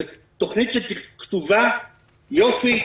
זו תוכנית שכתובה יופי,